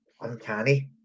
uncanny